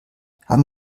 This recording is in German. haben